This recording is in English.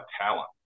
talent